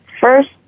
first